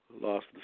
lost